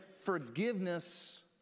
forgiveness